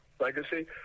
legacy